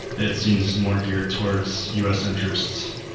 it seems more geared towards us interests.